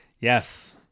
Yes